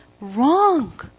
wrong